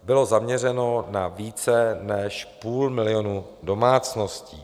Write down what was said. Bylo zaměřeno na více než půl milionu domácností.